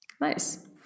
Nice